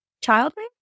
childhood